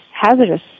hazardous